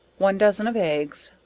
one dozen of eggs,